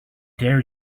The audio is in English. there